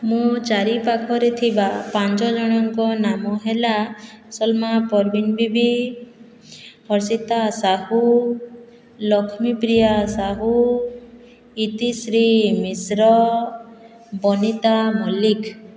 ମୋ ଚାରି ପାଖରେ ଥିବା ପାଞ୍ଚ ଜଣଙ୍କ ନାମ ହେଲା ସଲମା ପରବୀଣ ବିବି ହର୍ଷିତା ସାହୁ ଲକ୍ଷ୍ମୀପ୍ରିୟା ସାହୁ ଇତିଶ୍ରୀ ମିଶ୍ର ବନିତା ମଲ୍ଲିକ